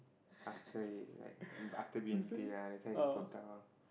after like after b_m_t ah that's why he